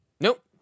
nope